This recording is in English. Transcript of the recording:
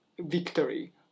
Victory